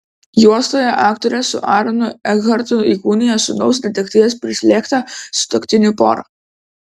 juostoje aktorė su aronu ekhartu įkūnija sūnaus netekties prislėgtą sutuoktinių porą